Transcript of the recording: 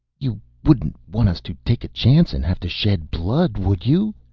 you wouldn't want us to take a chance and have to shed blood, would you?